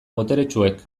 boteretsuek